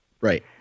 Right